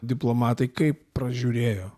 diplomatai kaip pražiūrėjo